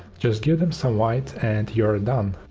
just give them some light and you're done.